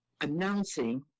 announcing